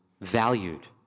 valued